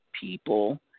people